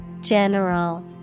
General